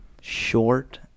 short